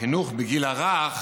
לחינוך בגיל הרך